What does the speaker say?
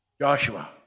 Joshua